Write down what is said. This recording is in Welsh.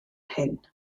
hyn